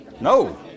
no